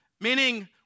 meaning